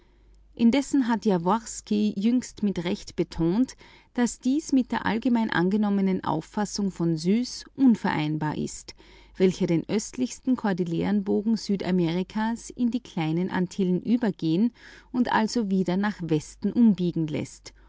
doch hat jaworski dem entgegengehalten daß dies mit der allgemein angenommenen auffassung von e suess unvereinbar ist welcher den östlichen kordillerenbogen südamerikas in die kleinen antillen übergehen und also wieder nach westen umbiegen läßt